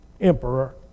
emperor